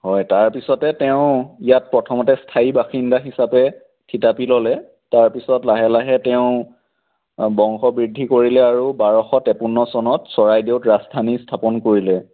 হয় তাৰপিছতে তেওঁ ইয়াত প্ৰথমতে স্থায়ী বাসিন্দা হিচাপে থিতাপি ল'লে তাৰপিছত লাহে লাহে তেওঁ বংশবৃদ্ধি কৰিলে আৰু বাৰশ তেপন্ন চনত চৰাইদেউত ৰাজধানী স্থাপন কৰিলে